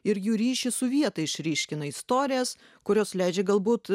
ir jų ryšį su vieta išryškina istorijas kurios leidžia galbūt